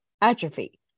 atrophy